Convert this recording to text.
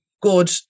good